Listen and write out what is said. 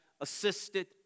assisted